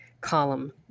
column